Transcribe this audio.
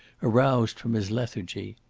aroused from his lethargy.